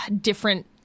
different